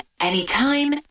anytime